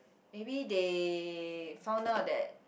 maybe they found out that